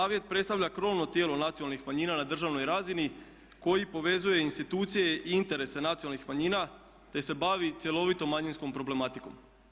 Savjet predstavlja krovno tijelo nacionalnih manjina na državnoj razini koji povezuje institucije i interese nacionalnih manjina, te se bavi cjelovitom manjinskom problematikom.